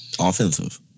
Offensive